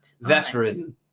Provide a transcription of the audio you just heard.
Veteran